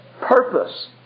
purpose